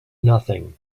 nothing